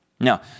Now